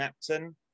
Napton